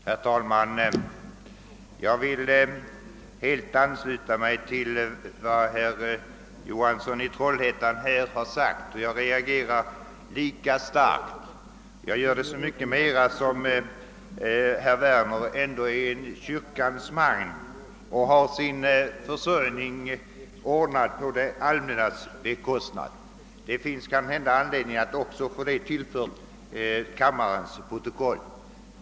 Herr talman! Jag vill helt ansluta mig till vad herr Johansson i Trollhättan här har sagt, och jag reagerar lika starkt, så mycket mera som herr Werner dock är en kyrkans man och har sin försörjning ordnad på det allmännas bekostnad. Det finns kanhända anledning att också få det tillfört kammarens protokoll.